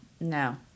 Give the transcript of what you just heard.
no